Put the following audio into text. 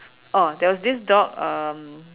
oh there was this dog um